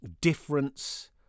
Difference